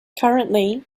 currently